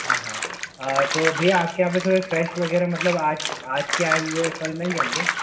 हाँ हाँ और तो भैया आपके यहाँ पर थोड़ा फेश वग़ैरह मतलब आज आज के आए हुए फल मिल जाएंगे